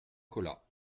colas